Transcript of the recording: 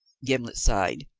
gimblet sighed.